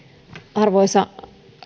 arvoisa